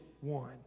one